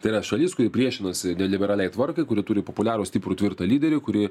tai yra šalis kuri priešinasi liberaliai tvarkai kuri turi populiarų stiprų tvirtą lyderį kuri